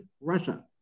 Russia